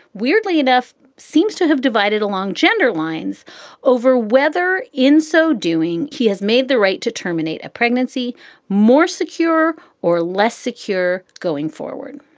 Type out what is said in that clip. weirdly enough, seems to have divided along gender lines over whether, in so doing, he has made the right to terminate a pregnancy more secure or less secure going forward.